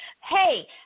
Hey